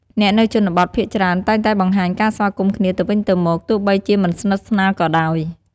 អ្នកនៅជនបទភាគច្រើនតែងតែបង្ហាញការស្វាគមន៍គ្នាទៅវិញទៅមក ទោះបីជាមិនស្និទ្ធស្នាលក៏ដោយ។